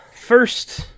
first